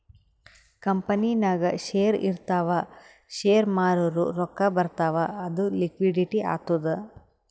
ಕಂಪನಿನಾಗ್ ಶೇರ್ ಇರ್ತಾವ್ ಶೇರ್ ಮಾರೂರ್ ರೊಕ್ಕಾ ಬರ್ತಾವ್ ಅದು ಲಿಕ್ವಿಡಿಟಿ ಆತ್ತುದ್